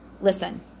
Listen